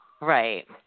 Right